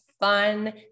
fun